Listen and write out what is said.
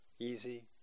easy